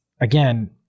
again